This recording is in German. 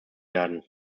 werden